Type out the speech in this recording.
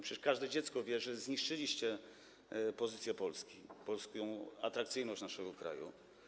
Przecież każde dziecko wie, że zniszczyliście pozycję Polski, polską, atrakcyjność naszego kraju.